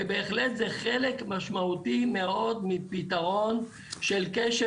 ובהחלט זה חלק משמעותי מאוד מפתרון של כשל